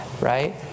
right